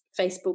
Facebook